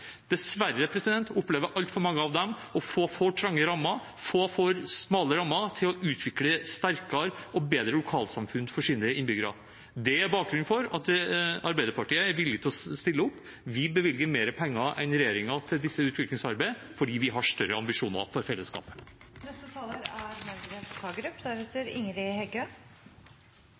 Dessverre opplevde altfor mange av dem å få for trange rammer, for smale rammer til å utvikle sterkere og bedre lokalsamfunn for sine innbyggere. Det er bakgrunnen for at Arbeiderpartiet er villig til å stille opp. Vi bevilger mer penger enn regjeringen til dette utviklingsarbeidet, fordi vi har større ambisjoner for fellesskapet.